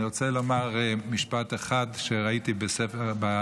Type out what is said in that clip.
אני רוצה לומר משפט אחד שראיתי ברמב"ן,